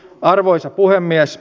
arvoisa puhemies